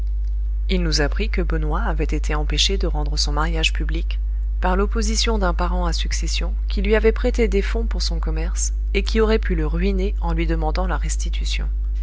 il nous apprit que benoît avait été empêché de rendre son mariage public par l'opposition d'un parent à succession qui lui avait prêté des fonds pour son commerce et qui aurait pu le ruiner en lui en demandant la restitution